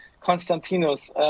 Konstantinos